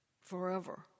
forever